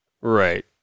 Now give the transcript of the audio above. Right